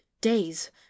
days